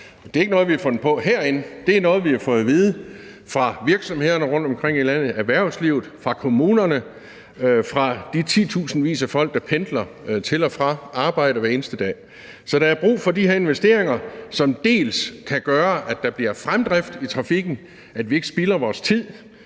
Det er ikke noget, vi har fundet på herinde, det er noget, vi har fået at vide fra virksomhederne rundtomkring i landet, fra erhvervslivet, fra kommunerne, fra de titusindvis af folk, der pendler til og fra arbejde hver eneste dag. Så der er brug for de her investeringer, som skal gøre, at der bliver fremdrift i trafikken, at vi altså ikke spilder vores tid